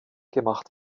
gemacht